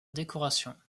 décoration